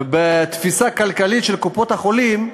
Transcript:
ובתפיסה הכלכלית של קופות-החולים,